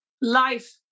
life